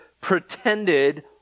pretended